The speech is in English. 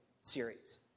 series